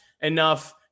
enough